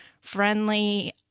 friendly